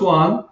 one